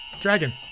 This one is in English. Dragon